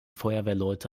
feuerwehrleute